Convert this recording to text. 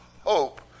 hope